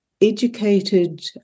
educated